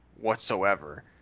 whatsoever